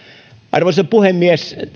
arvoisa puhemies